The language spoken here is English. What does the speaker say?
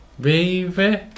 baby